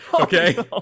okay